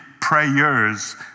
prayers